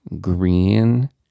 green